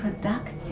productive